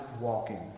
walking